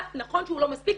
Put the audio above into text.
נכון שלא מספיק,